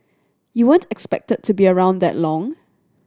you weren't expected to be around that long